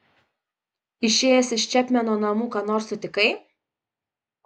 išėjęs iš čepmeno namų ką nors sutikai